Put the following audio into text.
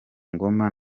ngoma